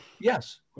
Yes